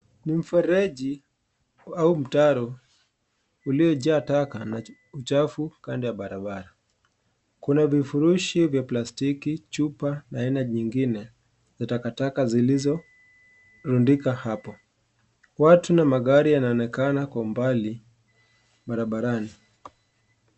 Ni mfereji au mtaro uliojaa taka na uchafu Kando ya barabara. Kuna vifurushi vya plastiki , chupa aina nyingine na takataka zilizorindika hapo. Watu na magari yanaonekana kwa umbali barabarani.